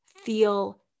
feel